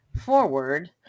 forward